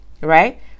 right